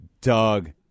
Doug